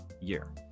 year